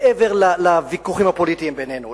מעבר לוויכוחים הפוליטיים בינינו.